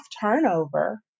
turnover